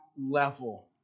level